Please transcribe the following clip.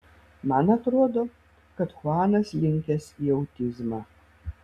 man atrodo kad chuanas linkęs į autizmą